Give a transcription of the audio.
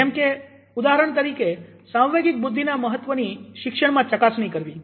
જેમ કે ઉદાહરણ તરીકે સાંવેગિક બુદ્ધિના મહત્વની શિક્ષણમાં ચકાસણી કરવી